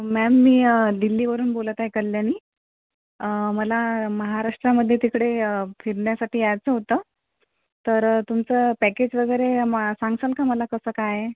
ma'am मी दिल्लीवरून बोलत आहे कल्यानी मला महाराष्ट्रामध्ये तिकडे फिरण्यासाठी यायचं होतं तर तुमचं पॅकेज वगैरे मा सांगसान का मला कसं काय आहे